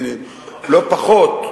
לא פחות,